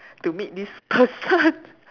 to meet this person